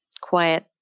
quiet